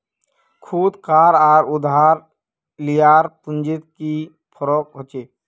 खुद कार आर उधार लियार पुंजित की फरक होचे?